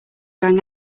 rang